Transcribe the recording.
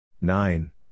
Nine